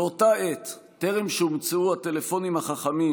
באותה עת טרם הומצאו הטלפונים החכמים.